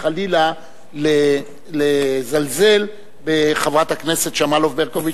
חלילה לזלזל בחברת הכנסת שמאלוב-ברקוביץ